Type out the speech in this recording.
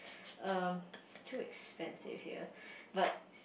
um too expensive here but